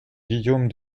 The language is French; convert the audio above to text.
guillaume